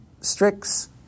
Strix